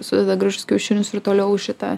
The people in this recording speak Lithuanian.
sudeda gražius kiaušinius ir toliau šitą